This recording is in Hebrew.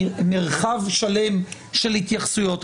מרחב שלם של התייחסויות,